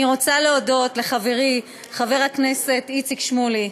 אני רוצה להודות לחברי חבר הכנסת איציק שמולי.